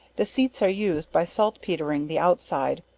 deceits are used by salt-petering the out side,